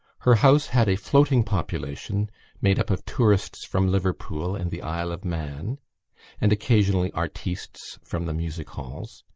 her house had a floating population made up of tourists from liverpool and the isle of man and, occasionally, artistes from the music halls.